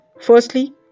Firstly